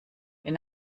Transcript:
wenn